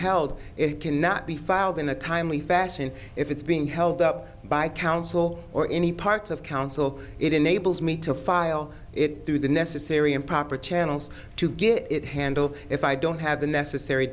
held it cannot be filed in a timely fashion if it's being held up by council or any part of council it enables me to file it through the necessary and proper channels to get it handled if i don't have the necessary